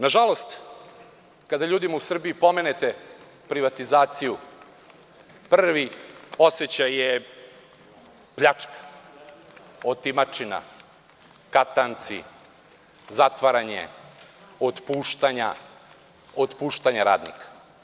Nažalost, kada ljudima u Srbiji pomenete privatizaciju, prvi osećaj je pljačka, otimačina, katanci, zatvaranje, otpuštanja radnika.